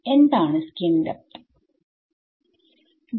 എന്താണ് skin depth